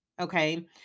okay